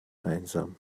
einsam